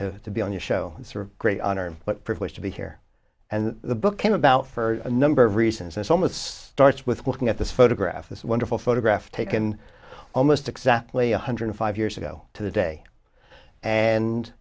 to to be on your show and sort of great honor but privilege to be here and the book came about for a number of reasons as almost starts with looking at this photograph this wonderful photograph taken almost exactly one hundred five years ago to the day and